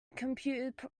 compute